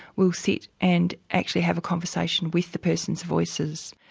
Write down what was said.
will sit and actually have a conversation with the person's voices.